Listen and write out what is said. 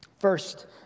First